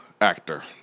actor